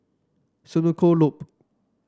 Senoko Loop